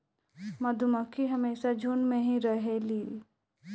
मधुमक्खी हमेशा झुण्ड में ही रहेलीन